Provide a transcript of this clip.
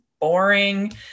boring